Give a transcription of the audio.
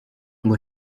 ngo